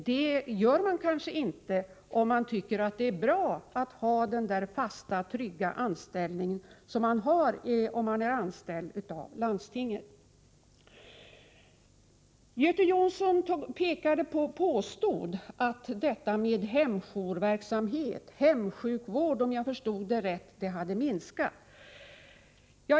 Det gör man kanske inte om man tycker att det är bra att ha en fast och trygg anställning, som man har om man är anställd av landstinget. Göte Jonsson påstod, om jag förstod det rätt, att hemjourverksamheten och hemsjukvården hade minskat.